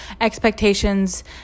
expectations